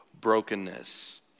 brokenness